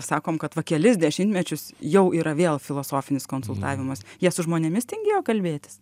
sakom kad va kelis dešimtmečius jau yra vėl filosofinis konsultavimas jie su žmonėmis tingėjo kalbėtis